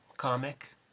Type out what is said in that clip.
comic